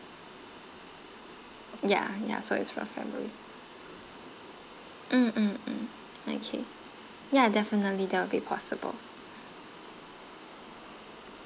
yeah yeah so it's for february mm mm mm okay yeah definitely that will be possible